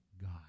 God